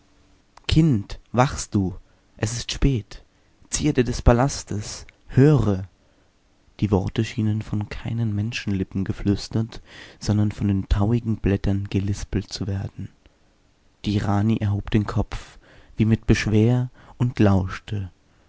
kind wachst du es ist spät zierde des palastes höre die worte schienen von keinen menschenlippen geflüstert sondern von den tauigen blättern gelispelt zu werden die rani erhob den kopf wie mit beschwer und lauschte